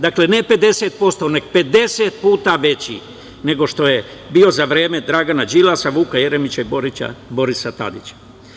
Dakle, ne 50%, nego 50 puta veći nego za vreme Dragana Đilasa, Vuka Jeremića i Borisa Tadića.